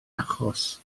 achos